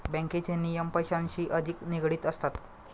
बँकेचे नियम पैशांशी अधिक निगडित असतात